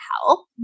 help